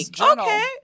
okay